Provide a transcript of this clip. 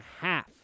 half